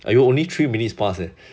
!aiyo! only three minutes pass eh